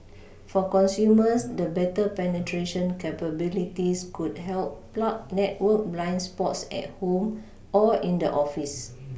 for consumers the better penetration capabilities could help plug network blind spots at home or in the office